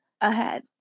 ahead